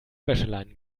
wäscheleinen